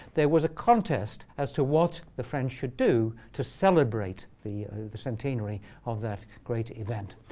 there was a contest as to what the french should do to celebrate the the centenary of that great event.